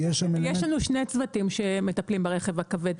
יש לנו שני צוותים שמטפלים כרגע ברכב הכבד.